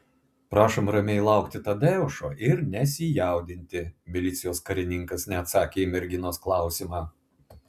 prašom ramiai laukti tadeušo ir nesijaudinti milicijos karininkas neatsakė į merginos klausimą